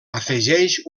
afegeix